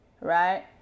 right